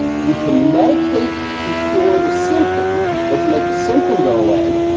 you can medicate to cure the symptom or to make the symptom go away,